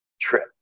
trip